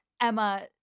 emma